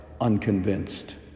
unconvinced